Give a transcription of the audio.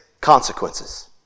consequences